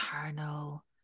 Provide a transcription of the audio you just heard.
eternal